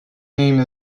name